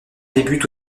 débute